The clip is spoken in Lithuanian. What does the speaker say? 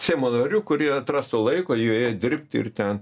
seimo narių kurie atrastų laiko joje dirbti ir ten